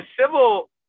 civil